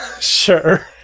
Sure